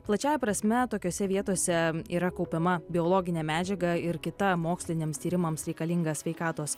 plačiąja prasme tokiose vietose yra kaupiama biologinė medžiaga ir kita moksliniams tyrimams reikalinga sveikatos